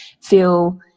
feel